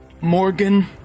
Morgan